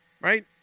right